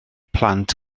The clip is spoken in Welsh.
plant